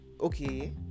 okay